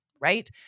right